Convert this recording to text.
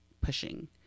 pushing